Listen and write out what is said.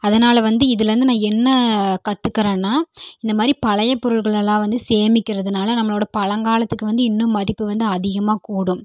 அதனால் வந்து இதுலேருந்து நான் என்ன கற்றுக்கறேன்னா இந்தமாதிரி பழைய பொருட்களெல்லாம் வந்து சேமிக்கிறதுனால் நம்மளோடய பழங்காலத்துக்கு வந்து இன்னும் மதிப்பு வந்து அதிகமாக கூடும்